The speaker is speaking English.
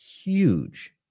huge